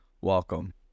welcome